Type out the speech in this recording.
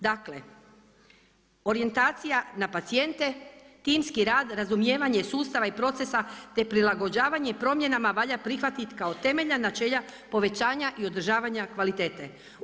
Dakle, orijentacija na pacijente, timski rad, razumijevanje sustava i procesa te prilagođavanje promjenama valja prihvatiti kao temeljna načela povećanja i održavanja kvalitete.